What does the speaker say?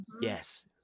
Yes